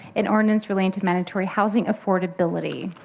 in ordinance relating to mandatory housing affordability.